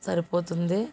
సరిపోతుంది